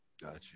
Gotcha